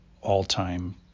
all-time